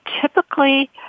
typically